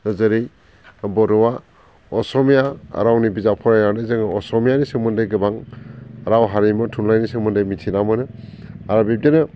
जेरै बर'वा असमिया रावनि बिजाब फरायनानै जोङो असमियानि सोमोन्दै गोबां राव हारिमु थुनलाइनि सोमोन्दै मिथिना मोनो आरो बिबदिनो